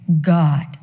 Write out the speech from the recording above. God